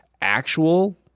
actual